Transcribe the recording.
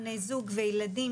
בני זוג וילדים,